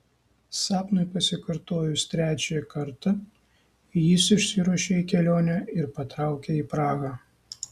sapnui pasikartojus trečiąjį kartą jis išsiruošė į kelionę ir patraukė į prahą